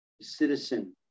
citizen